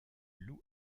lew